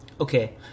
Okay